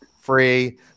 free